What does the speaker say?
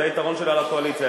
זה היתרון שלה על הקואליציה,